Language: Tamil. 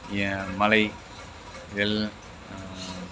ஏ மழை வெயில்